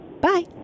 Bye